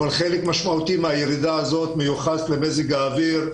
אבל חלק משמעותי מהירידה הזאת מיוחס למזג האוויר,